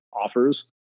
offers